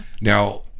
Now